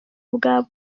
ubwabo